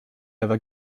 ever